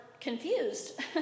confused